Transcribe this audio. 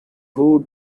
who